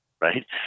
right